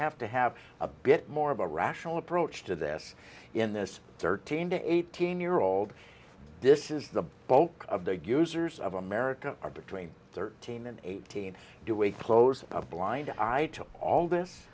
have to have a bit more of a rational approach to this in this thirteen to eighteen year old this is the bulk of the users of america are between thirteen and eighteen do we close a blind eye to all this